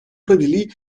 провели